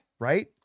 Right